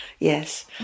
Yes